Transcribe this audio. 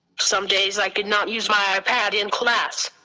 some days i could not use my ipad in class.